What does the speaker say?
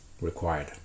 required